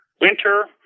winter